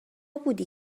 بودی